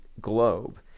globe